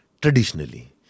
Traditionally